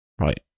Right